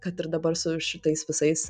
kad ir dabar su šitais visais